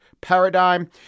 paradigm